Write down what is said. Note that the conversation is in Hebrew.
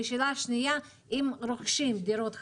ושאלה שנייה: אם רוכשים דירות חדשות,